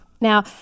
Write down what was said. Now